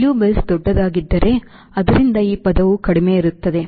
WS ದೊಡ್ಡದಾಗಿದ್ದರೆ ಆದ್ದರಿಂದ ಈ ಪದವು ಕಡಿಮೆ ಇರುತ್ತದೆ